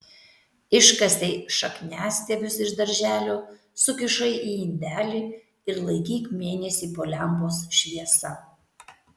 iškasei šakniastiebius iš darželio sukišai į indelį ir laikyk mėnesį po lempos šviesa